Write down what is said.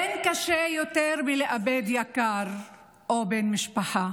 אין קשה יותר מלאבד יקר או בן משפחה.